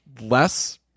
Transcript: less